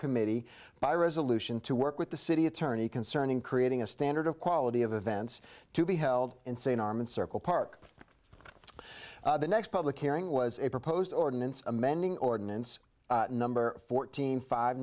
committee by resolution to work with the city attorney concerning creating a standard of quality of events to be held in say an arm and circle park the next public hearing was a proposed ordinance amending ordinance number fourteen five